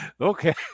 Okay